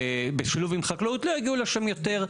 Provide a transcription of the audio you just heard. בשילוב עם חקלאות לא יגיעו לשם יותר.